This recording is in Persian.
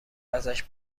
ازش